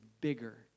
bigger